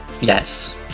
Yes